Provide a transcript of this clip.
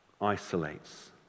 isolates